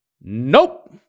nope